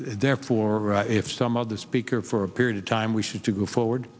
therefore if some of the speaker for a period of time we should to go forward